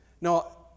No